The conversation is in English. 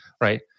right